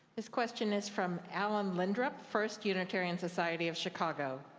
this question is from allen l indrup, first unitarian society of chicago.